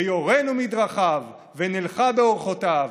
וירנו מדרכיו ונלכה בארחתיו,